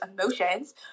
emotions